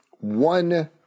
One